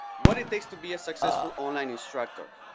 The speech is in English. what it takes to be a successful online instructor,